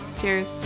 Cheers